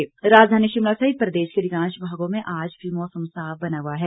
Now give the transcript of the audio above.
मौसम राजधानी शिमला सहित प्रदेश के अधिकांश भागों में आज भी मौसम साफ बना हुआ है